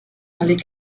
allée